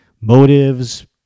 motives